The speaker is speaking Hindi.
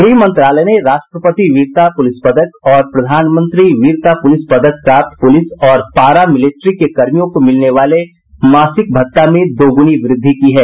ग्रह मंत्रालय ने राष्ट्रपति वीरता पुलिस पदक और प्रधानमंत्री वीरता पुलिस पदक प्राप्त पुलिस और पारा मिलीट्री के कर्मियों को मिलने वाले मासिक भत्ता में दो गुनी वृद्धि की है